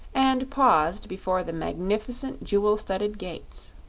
and paused before the magnificent jewel-studded gates.